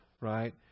right